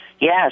Yes